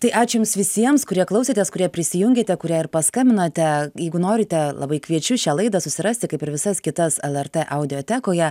tai ačiū jums visiems kurie klausėtės kurie prisijungėte kurie ir paskambinote jeigu norite labai kviečiu šią laidą susirasti kaip ir visas kitas lrt audiotekoje